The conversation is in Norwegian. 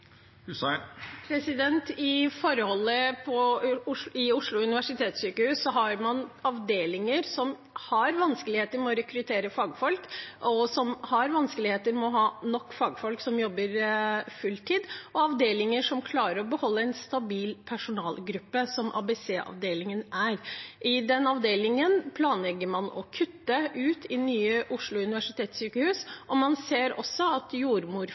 forholdet på Oslo universitetssykehus har man avdelinger som har vanskeligheter med å rekruttere fagfolk, som har vanskeligheter med å ha nok fagfolk som jobber fulltid, og til å holde en stabil personalgruppe – som ABC-avdelingen er. Den avdelingen planlegger man å kutte ut i Nye Oslo universitetssykehus. Man ser også at